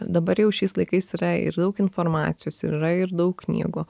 dabar jau šiais laikais yra ir daug informacijos ir yra ir daug knygų